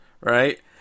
right